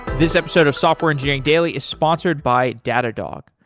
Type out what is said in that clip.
this episode of software engineering daily is sponsored by datadog.